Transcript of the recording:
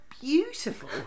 beautiful